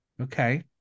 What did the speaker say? Okay